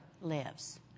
lives